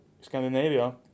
Scandinavia